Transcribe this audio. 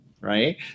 right